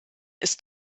ist